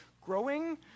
growing